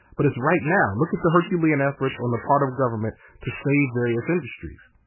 but it's right now. look at the herculean efforts on the part of government to save various industries.